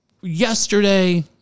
yesterday